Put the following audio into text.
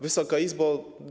Wysoka Izbo!